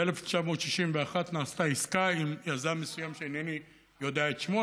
ב-1961 נעשתה עסקה עם יזם מסוים שאינני יודע את שמו.